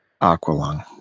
Aqualung